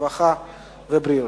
הרווחה והבריאות.